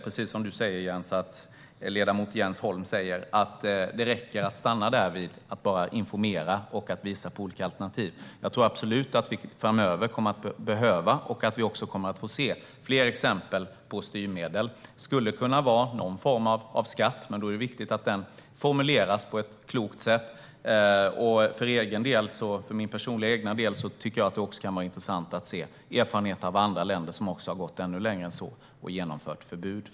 Precis som ledamot Jens Holm säger tror jag inte att det räcker att stanna vid att informera och att visa på olika alternativ. Jag tror absolut att vi framöver kommer att behöva och kommer att få se fler exempel på styrmedel. Det skulle kunna vara någon form av skatt. Då är det viktigt att den formuleras på ett klokt sätt. För min personliga del kan det vara intressant att se erfarenheter från andra länder som har gått ännu längre än så och genomfört förbud.